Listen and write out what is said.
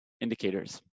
indicators